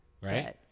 right